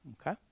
okay